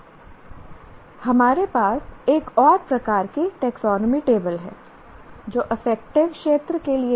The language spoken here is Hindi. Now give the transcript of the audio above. हमारे पास एक और प्रकार की टेक्सोनोमी टेबल है जो अफेक्टिव क्षेत्र के लिए है